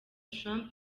trump